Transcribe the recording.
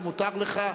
זה מותר לך,